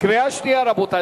קריאה שנייה, רבותי.